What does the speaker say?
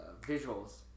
Visuals